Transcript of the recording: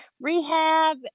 rehab